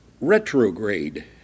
retrograde